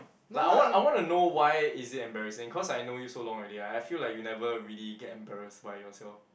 like I want I want to know why is it embarrassing cause I know you so long already I I feel you never really get embarrassed by yourself